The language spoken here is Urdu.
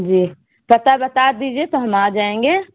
جی پتہ بتا دیجیے تو ہم آ جائیں گے